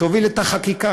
תוביל את החקיקה.